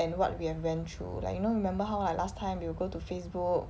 and what we have went through like you know remember how like last time you go to Facebook